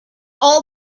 all